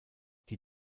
die